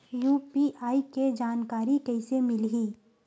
UPI के जानकारी कइसे मिलही?